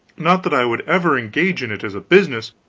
not that i would ever engage in it as a business,